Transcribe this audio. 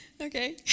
Okay